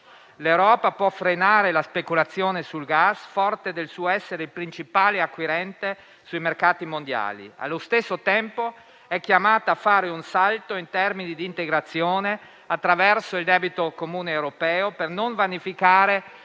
L'Europa può frenare la speculazione sul gas forte del suo essere il principale acquirente sui mercati mondiali. Allo stesso tempo, è chiamata a fare un salto in termini di integrazione attraverso il debito comune europeo, per non vanificare